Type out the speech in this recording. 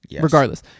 Regardless